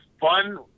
fun